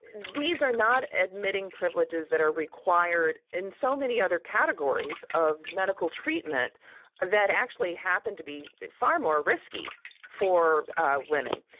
these are not admitting privileges that are required in so many other categories of medical treatment that actually happened to be far more risky for women.